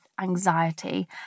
anxiety